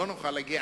לא נוכל להגיע,